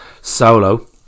solo